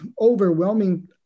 overwhelming